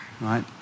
Right